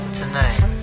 tonight